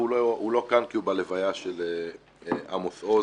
והוא לא כאן כי הוא בלוויה של עמוס עוז,